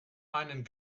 einen